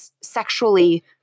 sexually